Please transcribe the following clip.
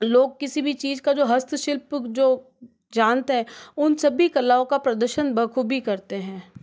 लोग किसी भी चीज़ का जो हस्तशिल्प जो जानते हैं उन सभी कलाओं का प्रदर्शन बखूबी करते हैं